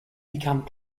become